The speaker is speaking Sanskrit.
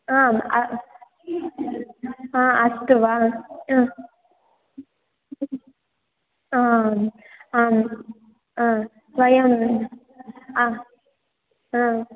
आम् हा अस्तु वा हा आम् आम् हा वयं हा